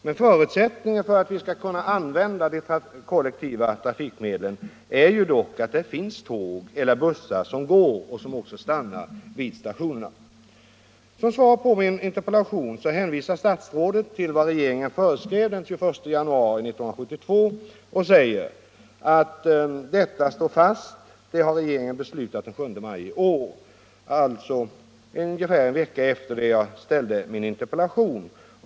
Men förutsättningen för att vi skall kunna använda de kollektiva trafikmedlen är dock att det finns tåg eller bussar som går och som också stannar vid stationerna. Som svar på min interpellation hänvisar statsrådet till vad regeringen föreskrev den 21 januari 1972 och säger att detta står fast. Det har regeringen beslutat den 7 maj i år, alltså ungefär en vecka efter det jag ställde min interpellation.